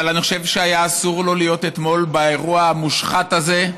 אבל אני חושב שאסור היה לו להיות אתמול באירוע המושחת הזה,